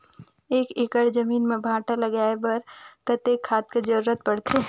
एक एकड़ जमीन म भांटा लगाय बर कतेक खाद कर जरूरत पड़थे?